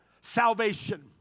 salvation